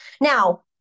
Now